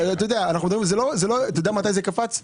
יודע מתי זה קפץ?